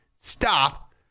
stop